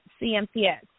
CMPS